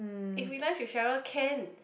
if we lunch with Cheryl can